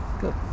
Good